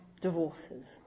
divorces